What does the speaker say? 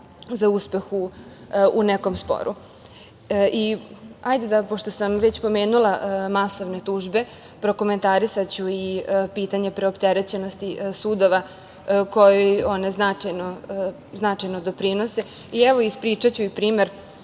za uspeh u nekom sporu. Pošto sam već pomenula masovne tužbe, prokomentarisaću i pitanje preopterećenosti sudova, kojem one značajno doprinose. Evo, ispričaću i primer